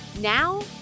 Now